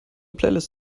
playlist